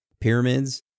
pyramids